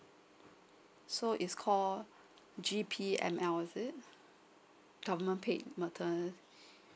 so is called G P M L is it government paid mater~